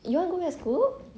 you want go back to school